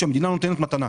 שהמדינה נותנת מתנה.